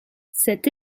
cette